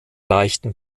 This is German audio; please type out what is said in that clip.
leichten